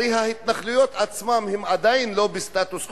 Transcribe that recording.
ההתנחלויות עצמן עדיין אין להן סטטוס חוקי.